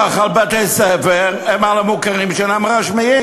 על בתי-ספר היא על המוכרים שאינם רשמיים.